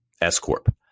S-corp